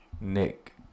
Nick